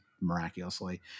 miraculously